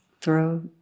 throat